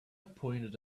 pointed